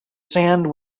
sand